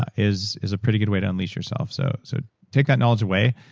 is is a pretty good way to unleash yourself, so so take that knowledge away,